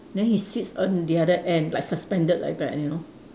then he sits on the other end like suspended like that you know